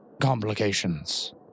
complications